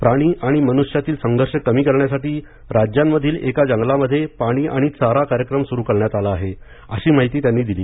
प्राणी आणि मनुष्यातील संघर्ष कमी करण्यासाठी राज्यांमधील एका जंगलामध्ये पाणी आणि चारा कार्यक्रम सुरू करण्यात आला आहे अशी माहिती त्यांनी दिली